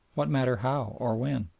what matter how or when?